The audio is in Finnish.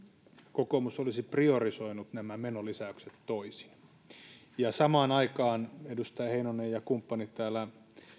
kokoomus olisi priorisoinut nämä menolisäykset toisin ja samaan aikaan edustaja heinonen ja kumppanit täällä